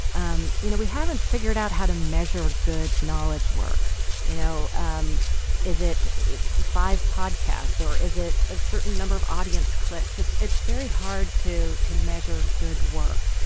um you know we haven't figured out how to measure good knowledge work you know. um is it it five podcasts or is it a certain number of audience clicks. it's it's very hard to to measure good work.